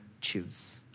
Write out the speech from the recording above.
choose